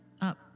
up